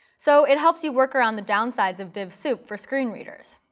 so it helps you work around the downsides of div soup for screen readers.